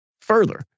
further